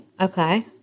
Okay